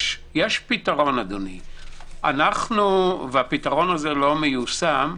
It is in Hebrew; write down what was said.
יש פתרון, והוא אינו מיושם.